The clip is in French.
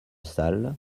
salle